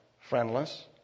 friendless